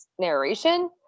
narration